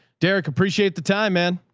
derek. appreciate the time, man.